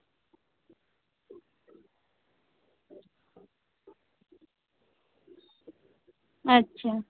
ᱟᱪᱪᱷᱟ